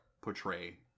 portray